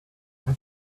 have